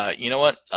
ah you know what?